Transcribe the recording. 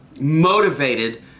motivated